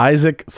Isaac